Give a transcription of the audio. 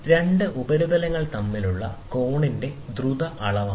രണ്ട് ഉപരിതലങ്ങൾ തമ്മിലുള്ള കോണിന്റെ ദ്രുത അളവാണ് ഇത്